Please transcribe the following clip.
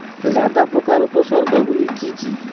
লেদা পোকার উপসর্গগুলি কি কি?